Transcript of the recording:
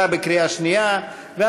אני קובע שהצעת החוק עברה בקריאה שנייה.